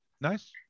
Nice